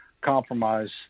compromise